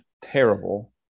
terrible